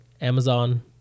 Amazon